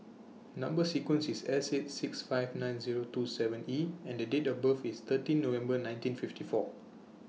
Number sequence IS S eight six five nine Zero two seven E and Date of birth IS thirteen November nineteen fifty four